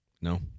No